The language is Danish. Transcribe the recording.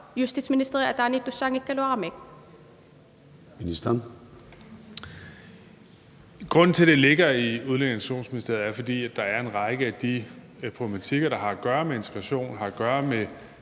Grunden til, at det ligger i Udlændinge- og Integrationsministeriet, er, at der er en række af de problematikker, der har at gøre med integration og